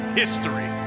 history